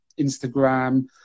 Instagram